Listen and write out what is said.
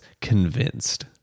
convinced